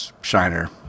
Shiner